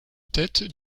tête